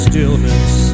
Stillness